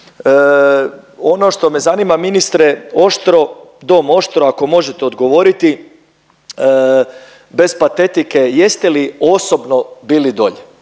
Ono što me zanima ministre Oštro, Dom Oštro ako možete odgovoriti bez patetike, jeste li osobno bili dolje?